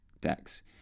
decks